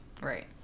Right